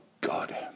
God